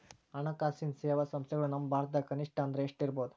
ಹಣ್ಕಾಸಿನ್ ಸೇವಾ ಸಂಸ್ಥೆಗಳು ನಮ್ಮ ಭಾರತದಾಗ ಕನಿಷ್ಠ ಅಂದ್ರ ಎಷ್ಟ್ ಇರ್ಬಹುದು?